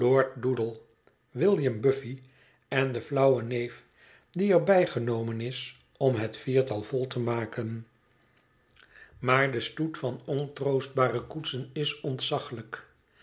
william bufly en de flauwe neef die er bij genomen is om het viertal vol te maken maar de stoet van ontroostbare koetsen is ontzaglijk